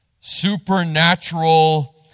supernatural